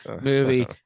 movie